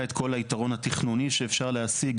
את כל היתרונות התכנוני שאפשר להשיג